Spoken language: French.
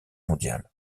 mondiale